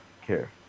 care